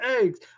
eggs